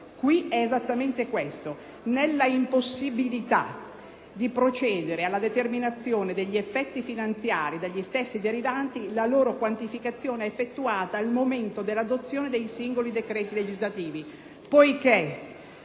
Qui e esattamente questo: «E nella impossibilitadi procedere alla determinazione degli effetti finanziari dagli stessi derivanti, la loro quantificazione e effettuata al momento dell’adozione dei singoli decreti legislativi». Poiche´